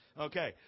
Okay